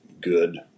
good